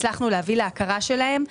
הצלחנו להביא להכרה בהם.